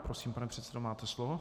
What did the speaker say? Prosím, pane předsedo, máte slovo.